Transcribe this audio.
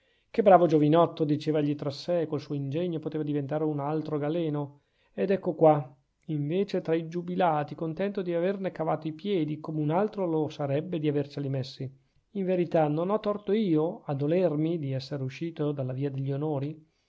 che bravo giovinotto diceva egli tra sè col suo ingegno poteva diventare un altro galeno ed eccolo qua invece tra i giubilati contento di averne cavato i piedi come un altro lo sarebbe di averceli messi in verità non ho torto io a dolermi di essere uscito dalla via degli onori